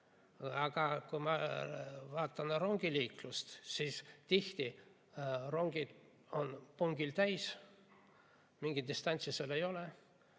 aga kui ma vaatan rongiliiklust, siis tihti rongid on pungil täis, mingit distantsi seal ei ole,